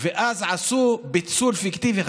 אנחנו רוצים לחיות בשלום עם הבדואים.